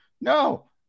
No